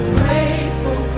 grateful